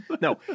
No